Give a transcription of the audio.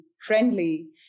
friendly